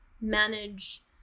manage